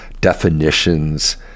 definitions